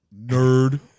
nerd